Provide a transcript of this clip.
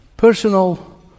personal